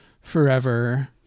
forever